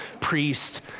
priest